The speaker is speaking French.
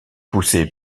poussé